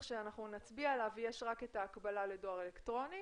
שאנחנו נצביע עליו יש רק את ההקבלה לדואר אלקטרוני